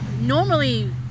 Normally